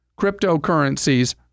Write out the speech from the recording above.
cryptocurrencies